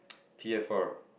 t_f_r